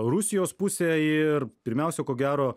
rusijos pusėj ir pirmiausia ko gero